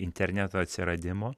interneto atsiradimo